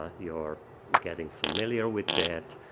ah you're getting familiar with that,